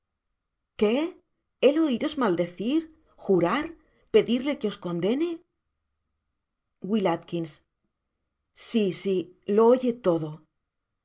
jquél el oiros maldecir jurar pedirle que os condene w a si si lo oye todo